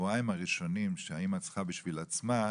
שהשבועיים הראשונים שהאימא צריכה בשביל עצמה,